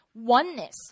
oneness